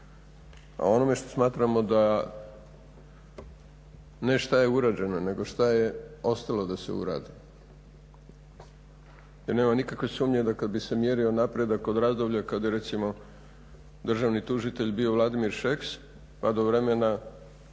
o onome što smatramo da, ne što je urađeno, nego što je ostalo da se uradi. I nema nikakve sumnje da kad bi se mjerio napredak od razdoblja kada je recimo državni tužitelj bio Vladimir Šeks pa do vremena